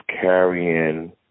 carrying